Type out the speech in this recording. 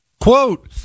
Quote